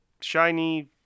shiny